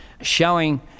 showing